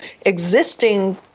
existing